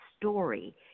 story